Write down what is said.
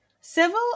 Civil